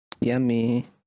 Yummy